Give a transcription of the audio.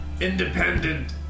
independent